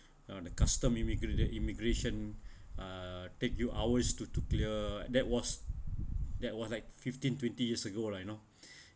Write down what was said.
uh the custom immigrat~ immigration uh take you hours to to clear that was that was like fifteen twenty years ago lah you know